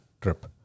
trip